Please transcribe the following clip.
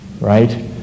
right